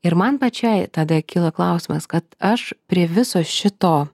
ir man pačiai tada kyla klausimas kad aš prie viso šito